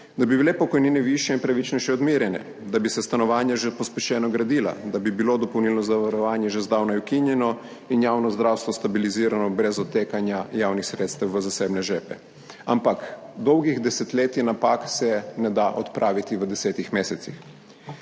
da bi bile pokojnine višje in pravičnejše odmerjene, da bi se stanovanja že pospešeno gradila, da bi bilo dopolnilno zavarovanje že zdavnaj ukinjeno in javno zdravstvo stabilizirano brez odtekanja javnih sredstev v zasebne žepe. Ampak dolgih desetletij napak se ne da odpraviti v desetih mesecih.